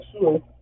sure